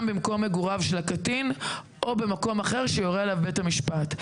במקום מגוריו של הקטין או במקום אחר שיורה עליו בית המשפט,